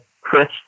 Chris